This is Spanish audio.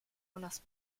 unas